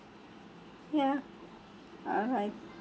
ya alright